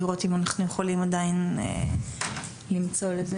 לראות אם אנחנו יכולים עדיין למצוא לזה